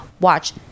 watch